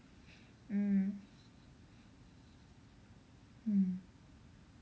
mm mm